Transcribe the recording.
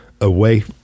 away